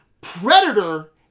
Predator